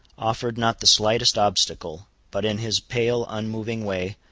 offered not the slightest obstacle, but in his pale unmoving way,